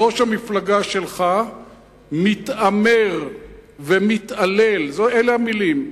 אז ראש המפלגה שלך מתעמר ומתעלל, אלה המלים: